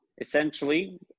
Essentially